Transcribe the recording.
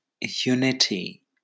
unity